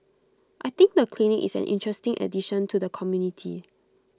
I think the clinic is an interesting addition to the community